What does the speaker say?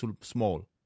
small